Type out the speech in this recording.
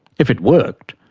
if it worked,